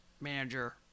Manager